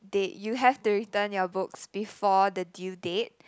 date you have to return your books before the due date